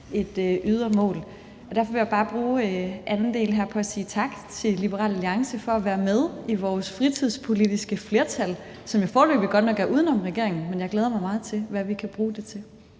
et ydre mål. Derfor vil jeg bare bruge den anden del her på at sige tak til Liberal Alliance for at være med i vores fritidspolitiske flertal, som jo foreløbig godt nok er uden om regeringen, men jeg glæder mig meget til at se, hvad vi kan bruge det til.